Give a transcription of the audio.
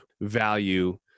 value